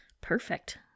Perfect